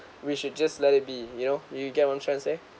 we should just let it be you know you you get what I'm trying to say